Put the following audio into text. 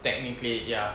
technically ya